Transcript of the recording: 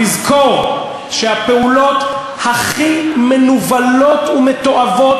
לזכור שהפעולות הכי מנוולות ומתועבות